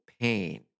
pain